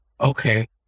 okay